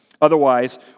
Otherwise